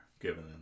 given